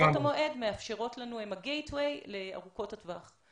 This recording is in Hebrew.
קצרות המועד מאפשרות לנו להגיע לארוכות הטווח.